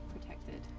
protected